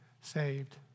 saved